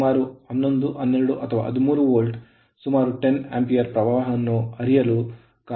ಆದ್ದರಿಂದ ಸುಮಾರು 11 12 ಅಥವಾ 13 ವೋಲ್ಟ್ ಸುಮಾರು 10 ಆಂಪಿಯರ್ ಪ್ರವಾಹವು ಹರಿಯಲು ಕಾರಣವಾಗುತ್ತದೆ